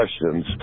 questions